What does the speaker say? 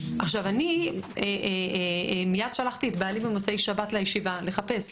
עכשיו אני מיד שלחתי את בעלי במוצאי שבת לישיבה לחפש,